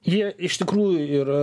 jie iš tikrųjų ir